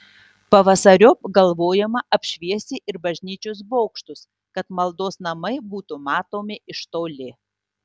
pavasariop galvojama apšviesti ir bažnyčios bokštus kad maldos namai būtų matomi iš toli